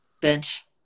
bench